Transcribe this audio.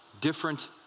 different